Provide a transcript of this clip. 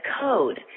code